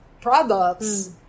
products